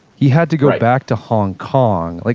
he had to go back to hong kong. like